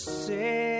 say